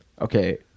Okay